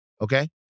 Okay